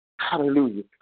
Hallelujah